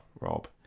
Rob